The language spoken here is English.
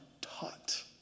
taught